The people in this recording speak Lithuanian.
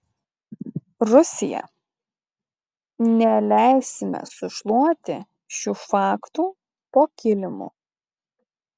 rusija neleisime sušluoti šių faktų po kilimu